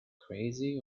crazy